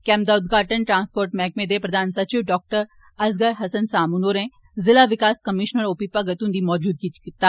camp दा उद्घाटन transport मैह्कमे दे प्रधान सचिव डाक्टर असगर हस्सन सामून होरें जिला विकास कमिशनर ओ पी भगत हुंदी मौजूदगी च कीता